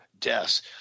deaths